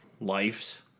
lives